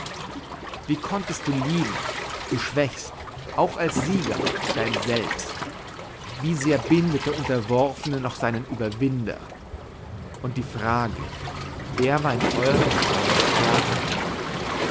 wie konntest du lieben du schwächst auch als sieger dein selbst wie sehr bindet der unterworfene noch seinen überwinder und die frage wer war in eurem fall der stärkere